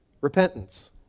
repentance